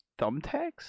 thumbtacks